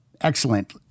excellent